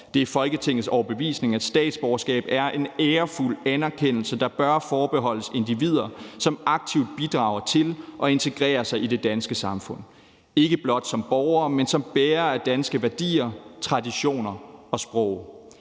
Det er Folketingets overbevisning, at statsborgerskab er en ærefuld anerkendelse, der bør forbeholdes individer, som aktivt bidrager til og integrerer sig i det danske samfund, ikke blot som borgere, men som bærere af danske værdier, traditioner og sprog.